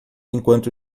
enquanto